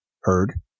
heard